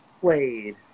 played